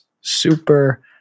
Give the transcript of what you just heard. super